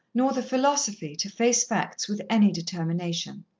nor the philosophy, to face facts with any determination.